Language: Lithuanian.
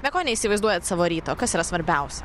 be ko neįsivaizduojat savo ryto kas yra svarbiausia